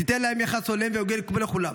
תיתן להם יחס הולם והוגן כמו לכולם.